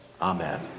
Amen